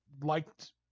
liked